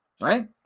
right